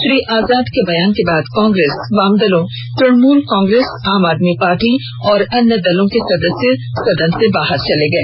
श्री आज़ाद के बयान के बाद कांग्रेस वाम दलों तुणमूल कांग्रेस आम आदमी पार्टी और अन्य दलों के सदस्य सदन से बाहर चले गए